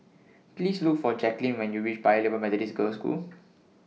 Please Look For Jaclyn when YOU REACH Paya Lebar Methodist Girls' School